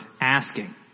asking